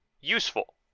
useful